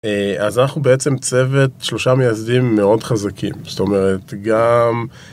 אז אנחנו בעצם צוות שלושה מייסדים מאוד חזקים, זאת אומרת, גם...